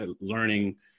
learning